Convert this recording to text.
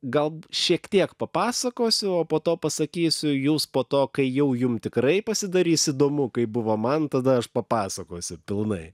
gal šiek tiek papasakosiu o po to pasakysiu jūs po to kai jau jum tikrai pasidarys įdomu kaip buvo man tada aš papasakosiu pilnai